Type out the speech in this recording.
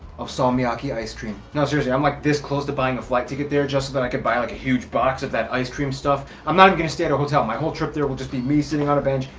of salmiakki ice cream. no seriously, i'm like this close to buying a flight ticket there just so i could buy a like a huge box of that ice cream stuff. i'm not even gonna stay at a hotel. my whole trip there will just be me sitting on a bench,